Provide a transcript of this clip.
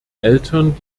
eltern